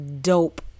dope